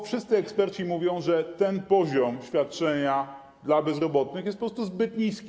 Wszyscy eksperci mówią, że ten poziom świadczenia dla bezrobotnych jest zbyt niski.